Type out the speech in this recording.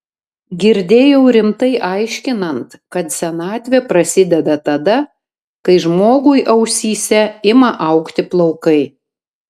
girdėjau rimtai aiškinant kad senatvė prasideda tada kai žmogui ausyse ima augti plaukai